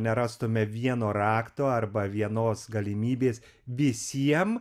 nerastume vieno rakto arba vienos galimybės visiem